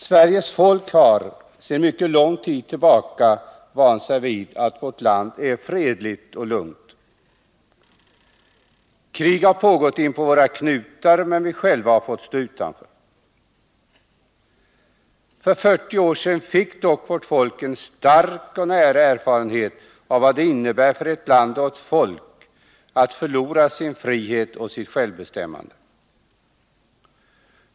Sveriges folk har sedan mycket lång tid tillbaka vant sig vid att vårt land är fredligt och lugnt. Krig har pågått inpå våra knutar, men vi själva har fått stå utanför. För 40 år sedan fick dock vårt folk en stark och nära erfarenhet av vad det innebär för ett land och ett folk att förlora sin frihet och sitt självbestämmande.